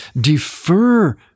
defer